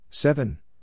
Seven